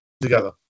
together